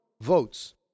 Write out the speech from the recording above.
votes